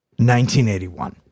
1981